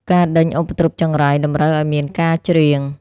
ការដេញឧបទ្រពចង្រៃ តម្រូវឱ្យមានការច្រៀង។